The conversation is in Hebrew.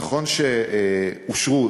נכון שאושרו,